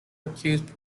accused